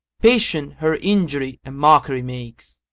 patience her injury a mockery makes.